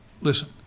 listen